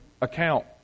account